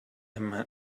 him